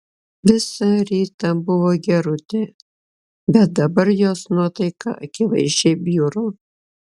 visą rytą buvo gerutė bet dabar jos nuotaika akivaizdžiai bjuro